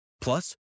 Plus